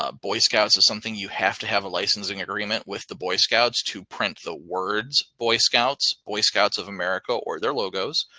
ah boy scouts is something you have to have a licensing agreement with the boy scouts to print the words boy scouts. boy scouts of america or their logos.